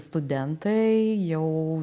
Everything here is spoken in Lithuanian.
studentai jau